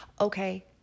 Okay